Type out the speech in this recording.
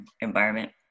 environment